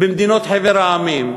בחבר המדינות.